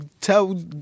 tell